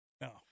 no